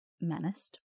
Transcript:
menaced